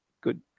good